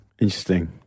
Interesting